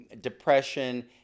depression